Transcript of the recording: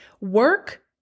Work